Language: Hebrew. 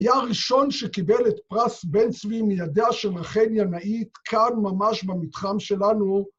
היה הראשון שקיבל את ״פרס בן-צבי״ מידיה של רחל ינאית, כאן ממש במתחם שלנו.